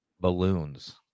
Balloons